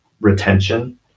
retention